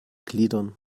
gliedern